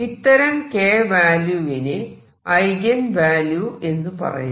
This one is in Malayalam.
ഇത്തരം k വാല്യൂവിനെ ഐഗൻ വാല്യൂ എന്ന് പറയുന്നു